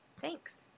Thanks